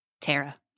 Tara